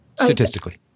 statistically